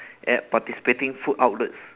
at participating food outlets